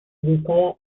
ubicada